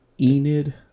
Enid